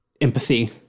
empathy